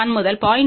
1 முதல் 0